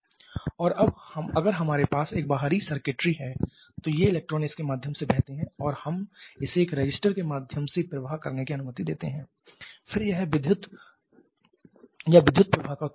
और अब अगर हमारे पास एक बाहरी सर्किटरी है तो ये इलेक्ट्रॉन इसके माध्यम से बहते है और हम इसे एक रजिस्टर के माध्यम से प्रवाह करने की अनुमति देते हैं फिर यह विद्युत बिजली या विद्युत प्रवाह का उत्पादन करता है